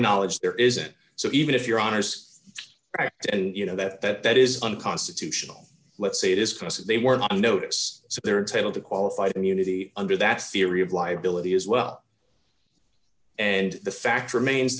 knowledge there isn't so even if you're honest and you know that that is unconstitutional let's say it is cos if they were not on notice so they're entitled to qualified immunity under that theory of liability as well and the fact remains